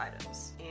items